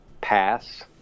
pass